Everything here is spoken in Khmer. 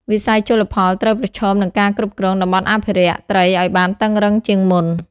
វិស័យជលផលត្រូវប្រឈមនឹងការគ្រប់គ្រង តំបន់អភិរក្ស ត្រីឱ្យបានតឹងរ៉ឹងជាងមុន។